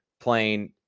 playing